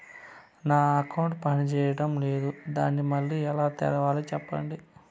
నా అకౌంట్ పనిచేయడం లేదు, దాన్ని మళ్ళీ ఎలా తెరవాలి? సెప్పండి